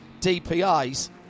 DPI's